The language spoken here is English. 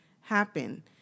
happen